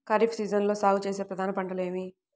ఖరీఫ్ సీజన్లో సాగుచేసే ప్రధాన పంటలు ఏమిటీ?